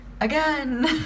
Again